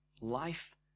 life